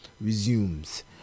resumes